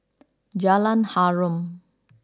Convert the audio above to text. Jalan Harum